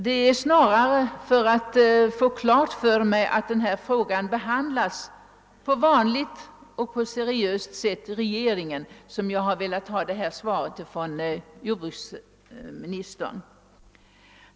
Det är snarare för att få klart för mig att den här frågan behandlas på vanligt seriöst sätt i regeringen som jag har velat ha det här svaret från jordbruksministern.